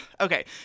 Okay